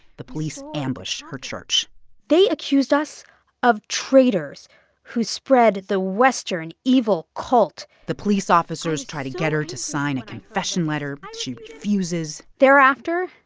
the police ambushed her church they accused us of traitors who spread the western, evil cult the police officers try to get her to sign a confession letter. she refuses thereafter,